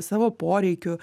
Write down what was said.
savo poreikių